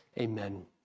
Amen